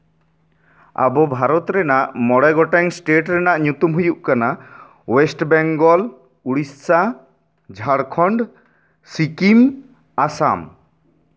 ᱟᱵᱚ ᱵᱷᱟᱨᱚᱛ ᱨᱮᱱᱟᱜ ᱢᱚᱬᱮ ᱜᱚᱴᱮᱱ ᱥᱴᱮᱹᱴ ᱨᱮᱱᱟᱜ ᱧᱩᱛᱩᱢ ᱦᱩᱭᱩᱜ ᱠᱟᱱᱟ ᱳᱭᱥᱴ ᱵᱮᱝᱜᱚᱞ ᱩᱲᱤᱥᱥᱟ ᱡᱷᱟᱲᱠᱷᱚᱱᱰ ᱥᱤᱠᱤᱢ ᱟᱥᱟᱢ